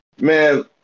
Man